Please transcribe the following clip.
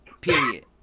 Period